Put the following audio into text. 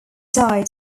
died